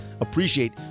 appreciate